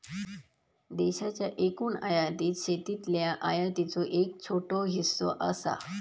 देशाच्या एकूण आयातीत शेतीतल्या आयातीचो एक छोटो हिस्सो असा